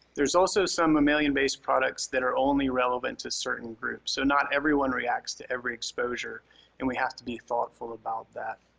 there's also some mammalian-based products that are only relevant to certain groups. so not every one reacts to every exposure and we have to be thoughtful about that.